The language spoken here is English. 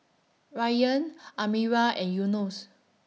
Ryan Amirah and Yunos